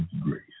grace